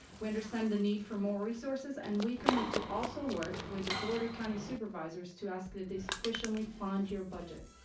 we understand the need for more resources and we commit to also work with the board of county supervisors to ask that they sufficiently fund your budget.